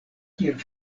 kiel